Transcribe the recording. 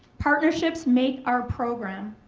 partnerships make our program.